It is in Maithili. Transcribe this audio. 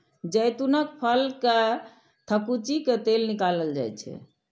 जैतूनक फल कें थकुचि कें तेल निकालल जाइ छै